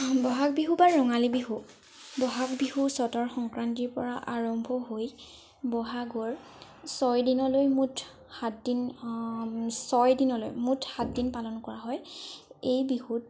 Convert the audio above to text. বহাগ বিহু বা ৰঙালী বিহু বহাগ বিহু চ'তৰ সংক্ৰান্তিৰ পৰা আৰম্ভ হৈ বহাগৰ ছয়দিনলৈ মুঠ সাতদিন ছয়দিনলৈ মুঠ সাতদিন পালন কৰা হয় এই বিহুত